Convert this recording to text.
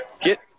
get